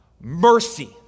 mercy